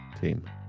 team